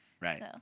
Right